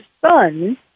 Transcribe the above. son